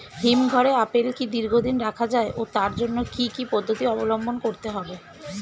হিমঘরে আপেল কি দীর্ঘদিন রাখা যায় ও তার জন্য কি কি পদ্ধতি অবলম্বন করতে হবে?